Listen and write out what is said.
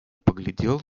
поглядела